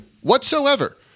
Whatsoever